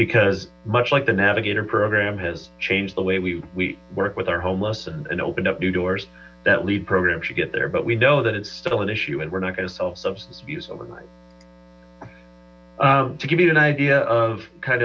because much like the navigator program has changed the way we work with our homeless and opened up new doors that lead program should get there but we know that it's still an issue and we're not going to substance abuse overnight to give you an idea of kind